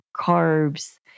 carbs